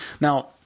Now